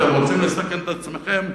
אתם רוצים לסכן את עצמכם,